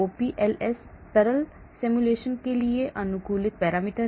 OPLS तरल simulation के लिए अनुकूलित पैरामीटर